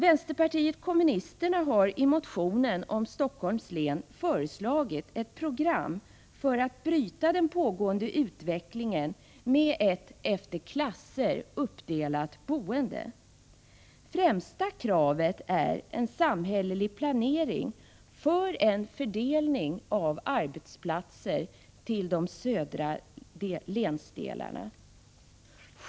Vänsterpartiet kommunisterna har i motionen om Stockholms län föreslagit ett program för att bryta den pågående utvecklingen med ett efter klasser uppdelat boende. Främsta kravet är en samhällelig planering för en fördelning av arbetsplatser till de södra länsdelarna.